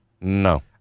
No